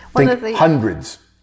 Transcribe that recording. hundreds